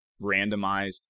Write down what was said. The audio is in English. randomized